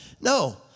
No